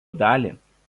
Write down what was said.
dalį